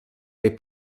they